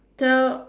tell